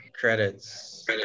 credits